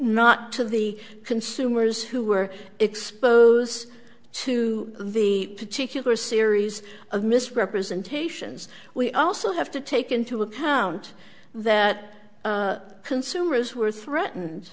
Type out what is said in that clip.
not to the consumers who were exposed to the particular series of misrepresentations we also have to take into account that consumers were threatened